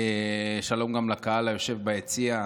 שלום גם לקהל היושב ביציע,